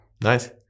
nice